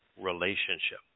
relationship